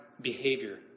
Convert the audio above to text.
behavior